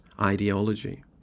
ideology